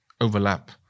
overlap